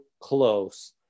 close